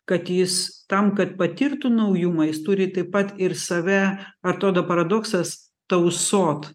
kad jis tam kad patirtų naujumą jis turi taip pat ir save atrodo paradoksas tausot